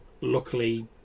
Luckily